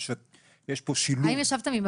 משום שיש פה שילוב --- האם ישבתם עם